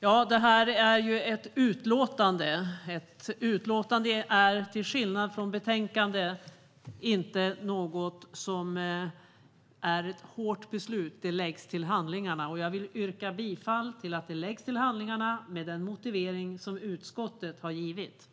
vi debatterar är ett utlåtande. Ett utlåtande är till skillnad från betänkande inte ett hårt beslut. Det läggs till handlingarna. Jag vill yrka bifall till förslaget att det läggs till handlingarna med den motivering som utskottet har givit.